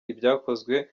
ibyakozwe